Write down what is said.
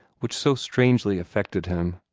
which so strangely affected him.